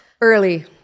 early